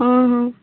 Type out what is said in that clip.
ହଁ ହଁ